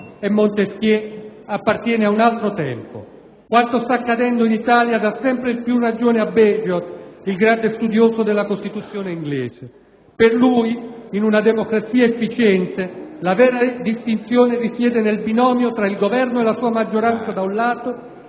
e Montesquieu appartiene a un altro tempo. Quanto sta accadendo in Italia dà sempre più ragione a Bagehot, grande studioso della costituzione inglese; per lui, in una democrazia efficiente la vera distinzione risiede nel binomio tra il Governo e la sua maggioranza da un lato